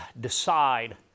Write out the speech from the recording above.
decide